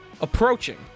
Approaching